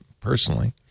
personally